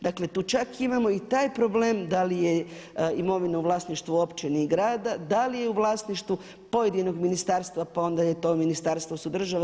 Dakle, tu čak imamo i taj problem da li je imovina u vlasništvu općine i grada, da li je u vlasništvu pojedinog ministarstva pa onda je to ministarstvo su država.